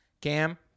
Cam